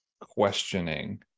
questioning